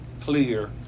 clear